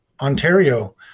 Ontario